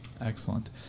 excellent